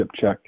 check